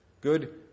Good